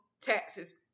taxes